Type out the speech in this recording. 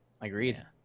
agreed